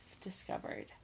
discovered